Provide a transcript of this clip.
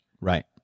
Right